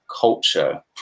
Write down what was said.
culture